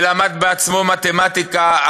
ולמד בעצמו מתמטיקה,